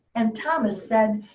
and thomas said,